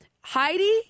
Heidi